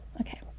okay